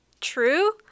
true